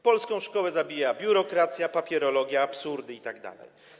Polską szkołę zabija biurokracja, papierologia, absurdy itd.